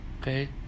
Okay